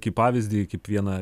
kaip pavyzdį kaip vieną